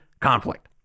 conflict